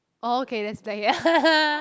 orh okay that's blackhead